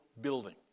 building